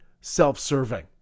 self-serving